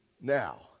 Now